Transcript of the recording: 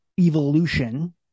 Evolution